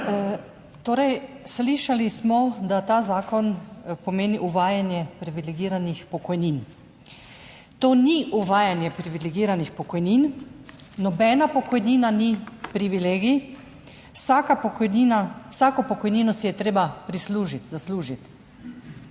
Torej slišali smo, da ta zakon pomeni uvajanje privilegiranih pokojnin. To ni uvajanje privilegiranih pokojnin, nobena pokojnina ni privilegij, vsaka pokojnina, vsako pokojnino si je treba prislužiti, zaslužiti,